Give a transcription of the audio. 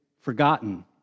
forgotten